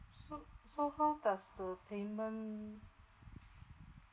so so how does the payment